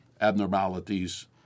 abnormalities